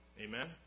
Amen